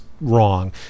wrong